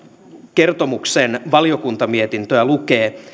kertomuksen valiokuntamietintöä lukee